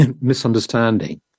misunderstanding